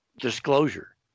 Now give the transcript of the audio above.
disclosure